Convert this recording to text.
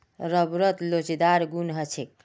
रबरत लोचदार गुण ह छेक